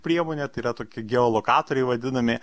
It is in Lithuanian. priemonė tai yra tokie geolokatoriai vadinami